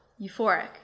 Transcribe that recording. euphoric